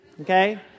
okay